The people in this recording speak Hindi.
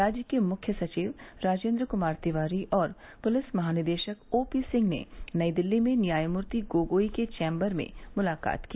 राज्य के मुख्य सविव राजेन्द्र कुमार तिवारी और पुलिस महानिदेशक ओ पी सिंह ने नई दिल्ली में न्यायमूर्ति गोगोई के चैम्बर में मुलाकात की